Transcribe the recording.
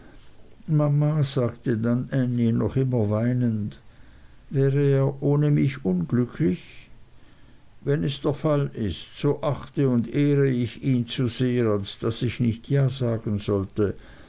mama sagte dann ännie noch immer weinend wäre er ohne mich unglücklich wenn es der fall ist so achte und ehre ich ihn zu sehr als daß ich nicht ja sagen sollte